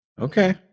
Okay